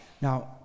Now